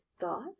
thought